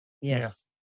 Yes